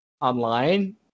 online